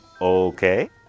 Okay